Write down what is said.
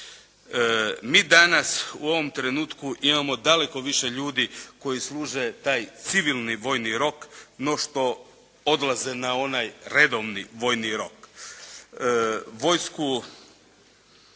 Mi danas u ovom trenutku imamo daleko više ljudi koji služe taj civilni vojni rok no što odlaze na onaj redovni vojni rok.